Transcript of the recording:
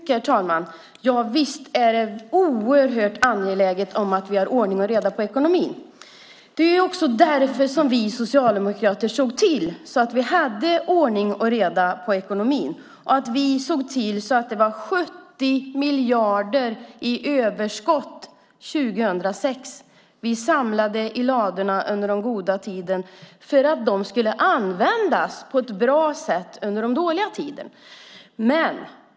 Herr talman! Visst är det oerhört angeläget att vi har ordning och reda i ekonomin. Därför såg vi socialdemokrater till att vi hade ordning och reda i ekonomin. Vi såg till att det var 70 miljarder i överskott 2006. Vi samlade i ladorna under de goda tiderna för att pengarna skulle användas på ett bra sätt i dåliga tider.